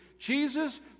Jesus